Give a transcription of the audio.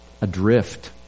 adrift